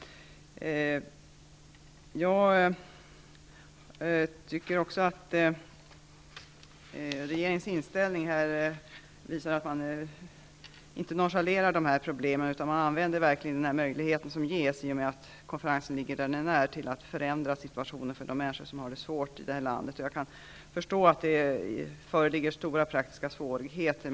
Jag tycker också att regeringens inställning visar att man inte nonchalerar dessa problem. Man använder verkligen de möjligheter som ges, i och med att konferensen ligger i Rio, att förändra siutuationen för de människor i landet som har det svårt. Jag kan förstå att det föreligger stora praktiska svårigheter.